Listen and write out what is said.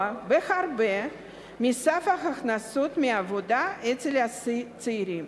בהרבה מסף ההכנסות מעבודה אצל הצעירים.